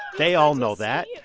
they all know that. yeah